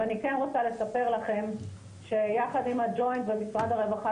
אני כן רוצה לספר לכם שיחד עם הג'וינט ומשרד הרווחה